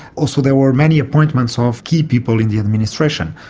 also there were many appointments ah of key people in the administration,